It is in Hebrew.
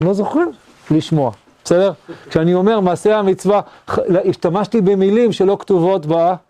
לא זוכר לשמוע, בסדר, כשאני אומר מעשי המצווה, השתמשתי במילים שלא כתובות ב...